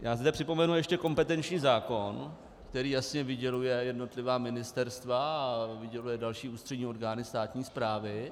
Já zde připomenu ještě kompetenční zákon, který jasně vyděluje jednotlivá ministerstva a vyděluje další ústřední orgány státní správy.